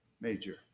Major